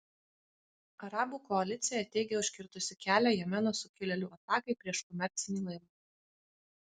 arabų koalicija teigia užkirtusi kelią jemeno sukilėlių atakai prieš komercinį laivą